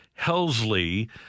Helsley